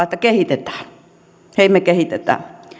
että hei me kehitetään